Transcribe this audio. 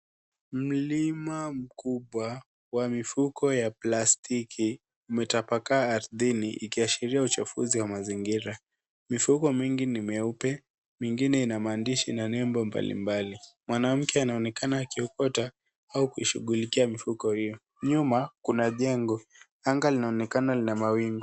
Mlima mkubwa wa mifuko ya plastiki, umetapakaa ardhini ikiashiria uchafuzi wa mazingira. Mifuko mingi ni meupe, mingine ina maandishi na nembo mbalimbali. Mwanamke anaonekana akiokota au kushughulikia mifuko hiyo. Nyuma, kuna majengo. Anga linaonekana lina mawingu.